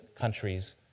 countries